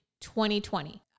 2020